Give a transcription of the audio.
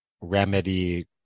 remedy